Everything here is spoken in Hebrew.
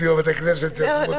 מישהו.